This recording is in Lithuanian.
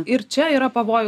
ir čia yra pavojų